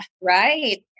Right